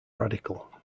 radical